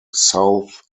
south